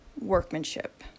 workmanship